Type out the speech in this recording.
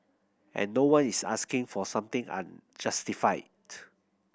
and no one is asking for something unjustified